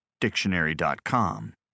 Dictionary.com